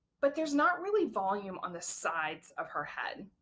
but there's not really volume on the sides of her head.